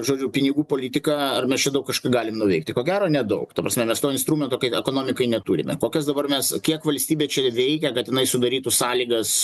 žodžiu pinigų politiką ar mes čia daug kažką galim nuveikti ko gero nedaug ta prasme nes to instrumento ekonomikai neturime kokias dabar mes kiek valstybė čia veikia kad jinai sudarytų sąlygas